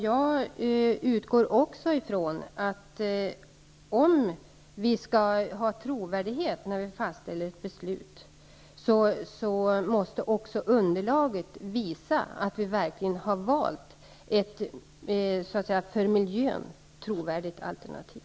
Jag utgår från att om vi skall ha trovärdighet när vi fastställer ett beslut måste också underlaget visa att vi verkligen har valt ett så att säga för miljön trovärdigt alternativ.